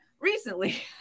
recently